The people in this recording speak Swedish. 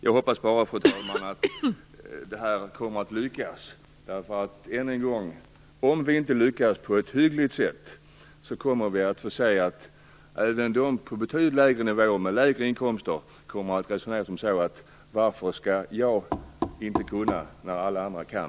Jag hoppas bara, fru talman, att det här kommer att lyckas. Om vi inte lyckas på ett hyggligt sätt kommer vi att få se att även människor på betydligt lägre nivåer och med betydligt lägre inkomster kommer att resonera enligt modellen: Varför skulle inte jag kunna när alla andra kan?